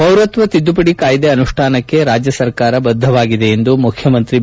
ಪೌರತ್ವ ತಿದ್ದುಪಡಿ ಕಾಯ್ದೆ ಅನುಷ್ಟಾನಕ್ಕೆ ರಾಜ್ಯ ಸರ್ಕಾರ ಬದ್ದವಾಗಿದೆ ಎಂದು ಮುಖ್ಯಮಂತ್ರಿ ಬಿ